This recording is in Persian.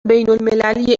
بینالمللی